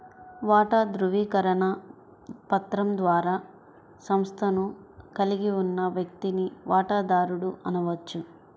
వాటా ధృవీకరణ పత్రం ద్వారా సంస్థను కలిగి ఉన్న వ్యక్తిని వాటాదారుడు అనవచ్చు